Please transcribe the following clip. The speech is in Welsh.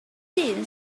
dyn